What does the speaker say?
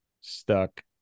stuck